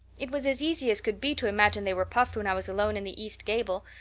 it was as easy as could be to imagine they were puffed when i was alone in the east gable,